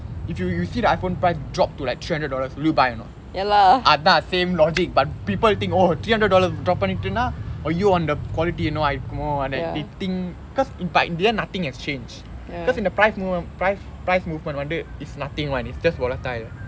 if you you see the iphone price drop to like three hundred dollars will you buy or not அதான்:athaan same logic but people think oh three hundred dollars drop பன்னிட்டுனா:pannittunaa !aiyo! அந்த:antha quality எனமோ ஆகிருக்கும்:ennamo agirukumo they think cause but in the end nothing has changed cause இந்த:intha price mo~ price price movement வந்து:vanthu is nothing [one] it's just volatile